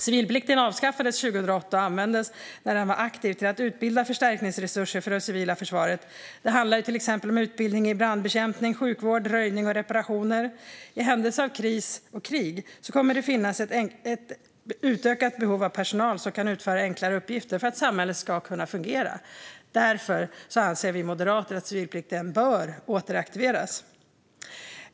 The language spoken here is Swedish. Civilplikten avskaffades 2008 och användes när den var aktiv för att utbilda förstärkningsresurser för det civila försvaret. Det handlar till exempel om utbildning i brandbekämpning, sjukvård, röjning och reparationer. I händelse av kris eller krig kommer det att finnas ett utökat behov av personal som kan utföra enklare uppgifter för att samhället ska fungera. Därför anser vi moderater att civilplikten bör återaktiveras.